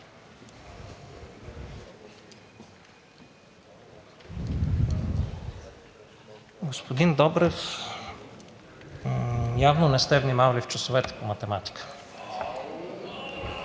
Господин Добрев, явно не сте внимавали в часовете по математика.